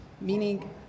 Meaning